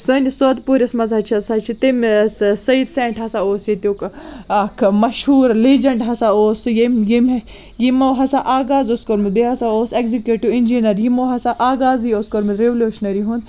سٲنِس صٲد پوٗرِس منٛز ہہ چھِ سہ ہہ چھِ تَمہِ سہٕ سید سٮ۪نٛٹ ہسا اوس ییٚتیُک اَکھ مشہوٗر لیجَنٛٹ ہسا اوس سُہ ییٚمۍ ییٚمۍ یِمو ہسا آغاز اوس کوٚرمُت بیٚیہِ ہسا اوس اٮ۪کزِکیٹِو اِنجیٖنَر یِمو ہسا آغازٕے اوس کوٚرمُت رٮ۪ولیوٗشنٔری ہُنٛد